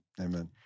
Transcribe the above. Amen